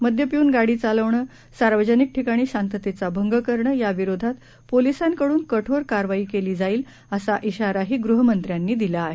मद्य पिऊन गाडी चालवणे सार्वजनिक ठिकाणी शांततेचा भंग करणे याविरोधात पोलीसांकडून कठोर कारवाई केली जाईल असा खााराही गृहमंत्र्यांनी दिला आहे